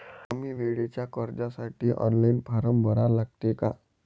कमी वेळेच्या कर्जासाठी ऑनलाईन फारम भरा लागते का?